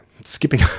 skipping